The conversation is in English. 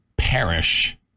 perish